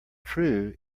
true